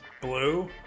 Blue